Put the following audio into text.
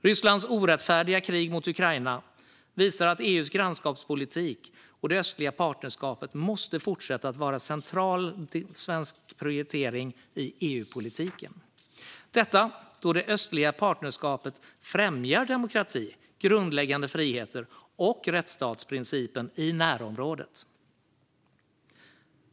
Rysslands orättfärdiga krig mot Ukraina visar att EU:s grannskapspolitik och det östliga partnerskapet måste fortsätta att vara centrala svenska prioriteringar i EU-politiken - detta då det östliga partnerskapet främjar demokrati, grundläggande friheter och rättsstatsprincipen i närområdet.